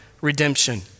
redemption